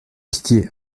pitié